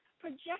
project